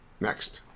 Next